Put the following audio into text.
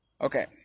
Okay